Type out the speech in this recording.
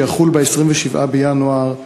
שיחול ב-27 בינואר.